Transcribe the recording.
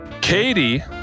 Katie